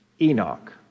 Enoch